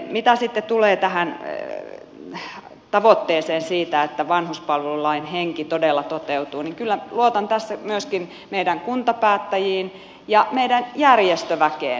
mitä sitten tulee tähän tavoitteeseen siitä että vanhuspalvelulain henki todella toteutuu niin kyllä luotan tässä myöskin meidän kuntapäättäjiin ja meidän järjestöväkeen